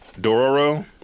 Dororo